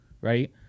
right